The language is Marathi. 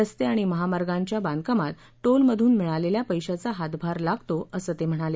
रस्ते आणि महामार्गांच्या बांधकामात टोलमधून मिळालेल्या पैशाचा हातभार लागतो असं ते म्हणाले